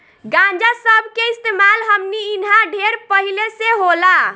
गांजा सब के इस्तेमाल हमनी इन्हा ढेर पहिले से होला